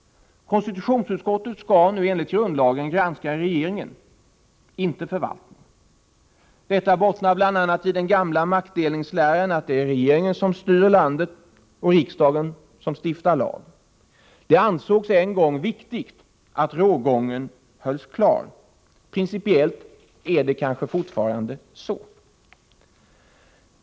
Konstitutionsutskottet skall enligt grundlagen granska regeringen — inte förvaltningen. Detta bottnar bl.a. i den gamla maktdelningsläran att det är regeringen som styr landet och riksdagen som stiftar lag. Det ansågs en gång viktigt att rågången hölls klar. Principellt är det kanske fortfarande så.